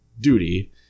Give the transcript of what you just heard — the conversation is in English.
duty